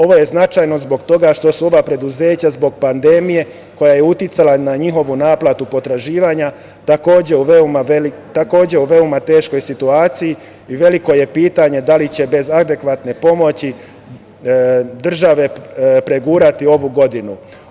Ovo je značajno zbog toga što su ova preduzeća zbog pandemije, koja je uticala na njihovu naplatu potraživanja, takođe u veoma teškoj situaciji i veliko je pitanje da li će bez adekvatne pomoći države, pregurati ovu godinu.